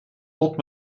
pot